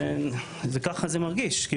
ככה זה מרגיש.